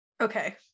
Okay